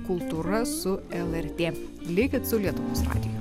kultūra su lrt likit su lietuvos radiju